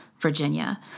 Virginia